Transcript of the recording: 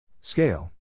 Scale